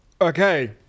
Okay